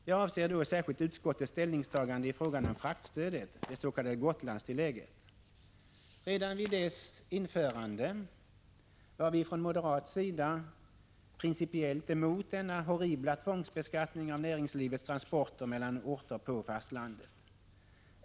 Jag avser då särskilt utskottets ställningstagande i fråga om fraktstödet, det s.k. Gotlandstillägget. Redan vid dess införande var vi från moderat sida principiellt emot denna horribla tvångsbeskattning av näringslivets transporter mellan orter på fastlandet.